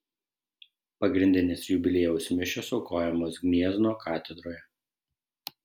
pagrindinės jubiliejaus mišios aukojamos gniezno katedroje